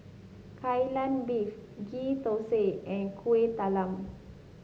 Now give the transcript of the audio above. Kai Lan Beef Ghee Thosai and Kueh Talam